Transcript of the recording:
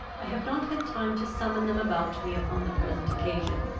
i have not had time to summon them about me upon the present occasion,